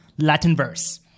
Latinverse